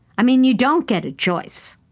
i mean, you don't get a choice,